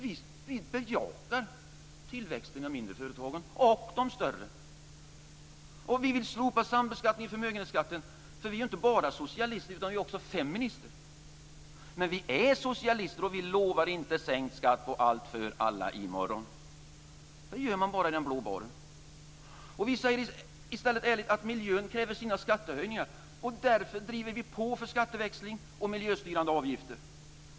Vi bejakar tillväxt i de mindre företagen och i de större. Vi vill slopa sambeskattning av förmögenhet, för vi är inte bara socialister utan vi är också feminister. Men vi är socialister och vi lovar inte sänkt skatt på allt för alla i morgon. Det gör man bara i den blå baren. Vi säger i stället ärligt att miljön kräver sina skattehöjningar. Därför driver vi på för skatteväxling och miljöstyrande avgifter.